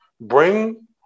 bring